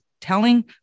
telling